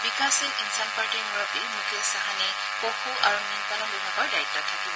বিকাশশীল ইনচান পাৰ্টিৰ মুৰববী মুকেশ চাহানী পশু আৰু মীন পালন বিভাগৰ দায়িত্বত থাকিব